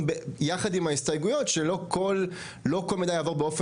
ביחד עם ההסתייגויות שלא כל המידע יעבור באופן